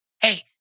Hey